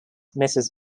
mrs